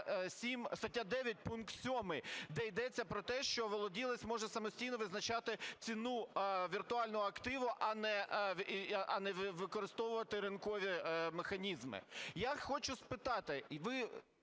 стаття 9 пункт 7, де йдеться про те, що володілець може самостійно визначати ціну віртуального активу, а не використовувати ринкові механізми. Я хочу спитати, ви